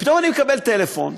פתאום אני מקבל טלפון,